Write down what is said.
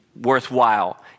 worthwhile